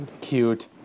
Cute